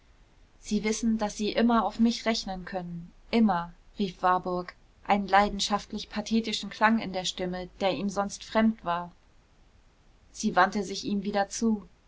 sie wissen daß sie immer auf mich rechnen können immer rief warburg einen leidenschaftlich pathetischen klang in der stimme der ihm sonst fremd war sie wandte sich ihm wieder zu